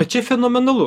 bet čia fenomenalu